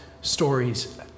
stories